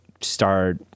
start